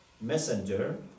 messenger